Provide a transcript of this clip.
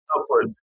upward